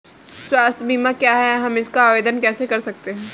स्वास्थ्य बीमा क्या है हम इसका आवेदन कैसे कर सकते हैं?